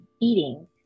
eating